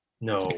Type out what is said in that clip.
No